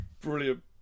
Brilliant